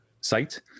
site